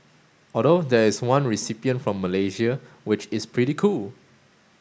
although there is one recipient from Malaysia which is pretty cool